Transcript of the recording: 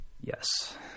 Yes